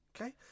Okay